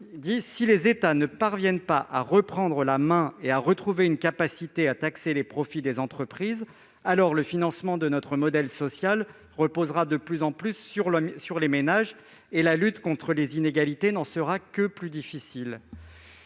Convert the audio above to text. Si les États ne parviennent pas à reprendre la main et à retrouver une capacité à taxer les profits des entreprises, alors le financement de notre modèle social reposera de plus en plus sur les ménages et la lutte contre les inégalités n'en sera que plus difficile.